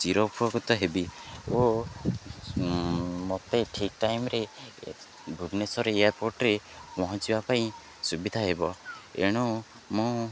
ଚିରୋପକୃତ ହେବି ଓ ମୋତେ ଠିକ ଟାଇମରେ ଭୁବନେଶ୍ୱର ଏୟାରପୋର୍ଟରେ ପହଞ୍ଚିବା ପାଇଁ ସୁବିଧା ହେବ ଏଣୁ ମୁଁ